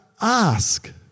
ask